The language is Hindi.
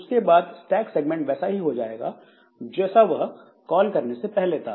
उसके बाद स्टैक सेगमेंट वैसा ही हो जाएगा जो वह कॉल करने से पहले था